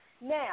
Now